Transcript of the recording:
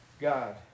God